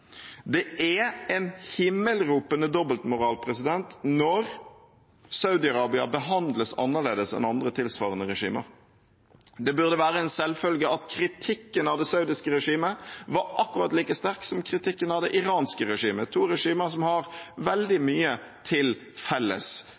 Det er en himmelropende dobbeltmoral når Saudi-Arabia behandles annerledes enn andre tilsvarende regimer. Det burde vært en selvfølge at kritikken av det saudiske regimet var akkurat like sterk som kritikken av det iranske regimet – to regimer som har veldig